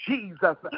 Jesus